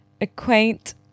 acquaint